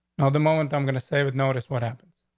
the moment, i'm gonna say with notice what happened?